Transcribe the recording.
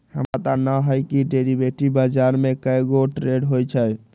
हमरा पता न हए कि डेरिवेटिव बजार में कै गो ट्रेड होई छई